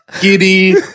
giddy